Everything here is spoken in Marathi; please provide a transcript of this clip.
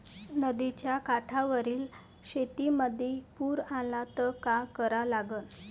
नदीच्या काठावरील शेतीमंदी पूर आला त का करा लागन?